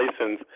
license